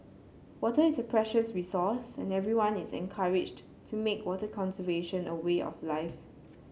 water is a precious resource and everyone is encouraged to make water conservation a way of life